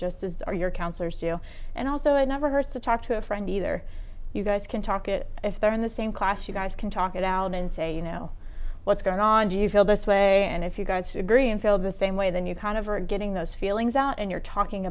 just as are your counselors you know and also it never hurts to talk to a friend either you guys can talk it if they're in the same class you guys can talk it out and say you know what's going on do you feel this way and if you guys agree and feel the same way then you kind of are and getting those feelings out and you're talking